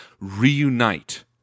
Reunite